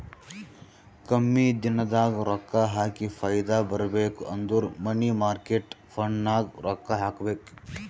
ಕಮ್ಮಿ ದಿನದಾಗ ರೊಕ್ಕಾ ಹಾಕಿ ಫೈದಾ ಬರ್ಬೇಕು ಅಂದುರ್ ಮನಿ ಮಾರ್ಕೇಟ್ ಫಂಡ್ನಾಗ್ ರೊಕ್ಕಾ ಹಾಕಬೇಕ್